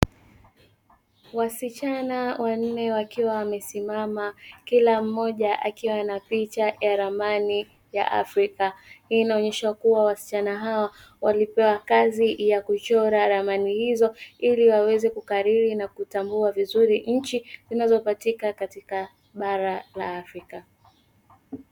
Wasichana wanne wakiwa wamesimama kila mmoja akiwa na picha ya ramani ya Afrika. Hii inaonyesha kuwa wasichana hawa walipewa kazi ya kuchora ramani hizo ili waweze kukariri na kutambua vizuri nchi zinazopatikana katika bara la Afrika.